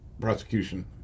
prosecution